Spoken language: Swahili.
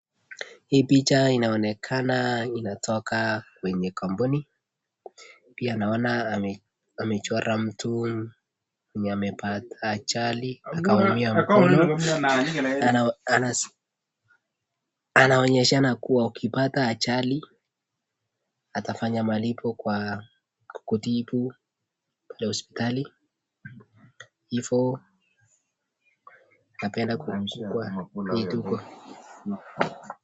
Hii picha inaonekana inatoka kwenye kampuni. Pia naona amechora mtu mwenye amepata ajali akaumia mkono. Anaonyeshana kua ukipata ajali atafanya malipo kwa kutibu hosipitali hivo napenda kuchukua